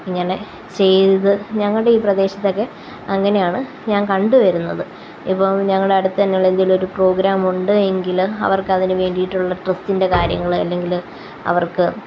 ഇങ്ങനെ ചെയ്ത് ഞങ്ങളുടെ ഈ പ്രദേശത്തൊക്കെ അങ്ങനെയാണ് ഞാന് കണ്ടുവരുന്നത് ഇപ്പം ഞങ്ങളുടെ അടുത്തുതന്നെയുള്ള എന്തെങ്കിലും ഒരു പ്രോഗ്രാം ഉണ്ട് എങ്കില് അവര്ക്കതിനു വേണ്ടിയിട്ടുള്ള ഡ്രസ്സിന്റെ കാര്യങ്ങള് അല്ലെങ്കില് അവര്ക്ക്